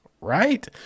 right